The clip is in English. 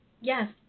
Yes